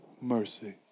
mercy